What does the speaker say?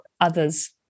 others